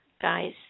guys